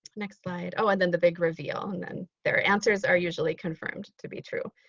next slide, oh and then the big reveal. and and their answers are usually confirmed to be true.